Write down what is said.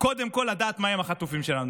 קודם כול, תדרוש לדעת מה עם החטופים שלנו.